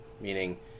meaning